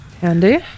handy